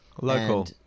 Local